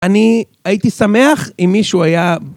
אני הייתי שמח אם מישהו היה